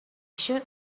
should